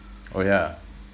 oh yeah